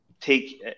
take